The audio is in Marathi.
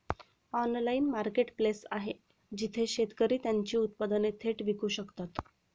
ऑनलाइन मार्केटप्लेस आहे जिथे शेतकरी त्यांची उत्पादने थेट विकू शकतात?